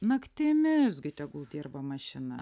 naktimis gi tegul dirba mašina